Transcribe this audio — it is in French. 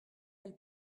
elle